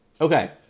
Okay